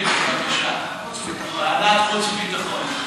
כן, בבקשה, בוועדת חוץ וביטחון.